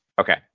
Okay